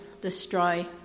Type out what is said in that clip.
destroy